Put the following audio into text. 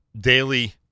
daily